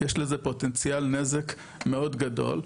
יש לזה פוטנציאל נזק מאוד גדול,